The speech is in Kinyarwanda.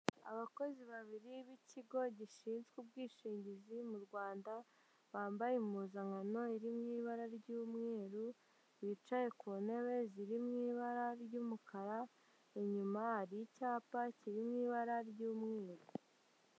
Abakozi babiri b'ikigo gishinzwe ubwishingizi mu Rwanda, bambaye impuzankano iri mu ibara ry'umweru, bicaye ku ntebe ziri mu ibara ry'umukara, inyuma hari icyapa kiri mu ibara ry'umweru.